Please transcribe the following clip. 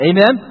Amen